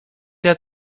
der